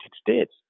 States